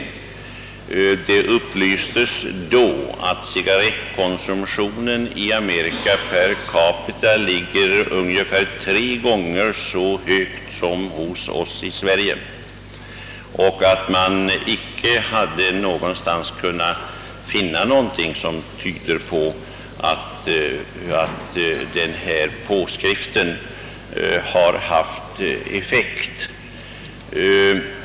Det upplystes då att cigarrettkonsumtionen i Amerika per capita ligger ungefär tre gånger så högt som hos oss i Sverige och att man icke någonstans har kunnat finna något som tyder på att påskriften har haft effekt.